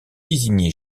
désigné